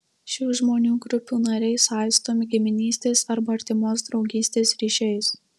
šių žmonių grupių nariai saistomi giminystės arba artimos draugystės ryšiais